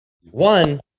one